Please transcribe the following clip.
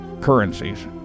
currencies